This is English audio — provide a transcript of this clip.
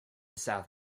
south